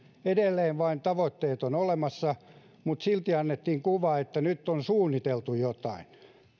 edelleen vain tavoitteet ovat olemassa mutta silti annettiin kuva että nyt on suunniteltu jotain